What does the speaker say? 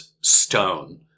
stone